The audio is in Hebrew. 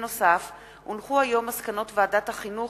מסקנות ועדת החינוך,